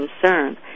concern